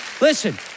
Listen